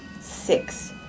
six